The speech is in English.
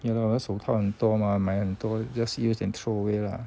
ya lor 手套很多嘛买很多 just use and throw away lah